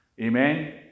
Amen